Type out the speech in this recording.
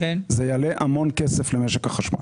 זה יעלה המון כסף למשק החשמל.